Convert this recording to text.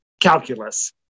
calculus